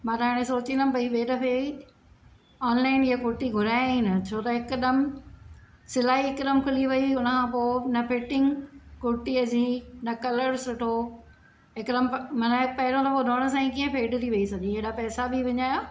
मां त हाणे सोचींदमि भई ॿिए दफ़े ऑनलाइन इएं कुर्ती घुरायां ई न छो त हिकदम सिलाई हिकदम खुली वेई उन खां पोइ न फिटिंग कुर्तीअ जी न कलर सुठो हिकदम माना पहिरियों दफ़ो धोइण सां ई कीअं फेड थी वेई सॼी हेॾा पैसा बि विञाया